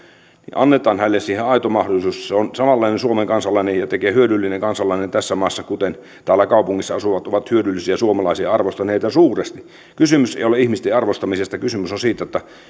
annetaan hänelle siihen aito mahdollisuus se on samanlainen suomen kansalainen ja hyödyllinen kansalainen tässä maassa kuten täällä kaupungissa asuvat ovat hyödyllisiä suomalaisia arvostan heitä suuresti mutta kysymys ei ole ihmisten arvostamisesta kysymys on siitä että